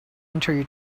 interview